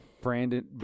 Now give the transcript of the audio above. Brandon